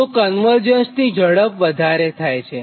તોકન્વર્જ્ન્સ ની ઝડપ વધારે છે